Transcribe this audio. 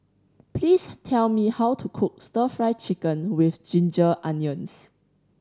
please tell me how to cook Stir Fry Chicken with ginger onions